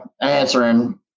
answering